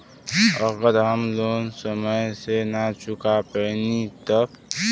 अगर हम लोन समय से ना चुका पैनी तब?